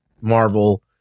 Marvel